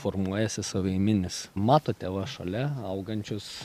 formuojasi savaiminis matote va šalia augančius